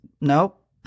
nope